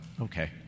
okay